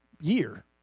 year